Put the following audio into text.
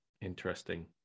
interesting